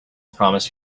promised